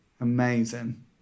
amazing